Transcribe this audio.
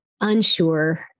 unsure